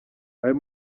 ayo